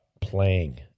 playing